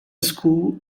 school